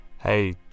hey